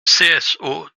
cso